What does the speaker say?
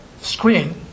screen